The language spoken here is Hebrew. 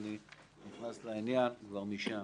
אני נכנס לעניין כבר משם.